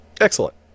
Excellent